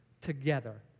together